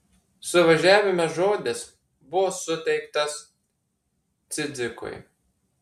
suvažiavime žodis buvo suteiktas cidzikui